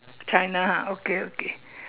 China ha okay okay